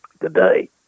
today